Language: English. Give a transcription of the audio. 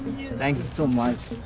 thank you so much.